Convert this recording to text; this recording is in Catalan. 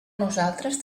nosaltres